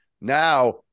Now